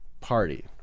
party